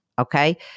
Okay